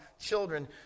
children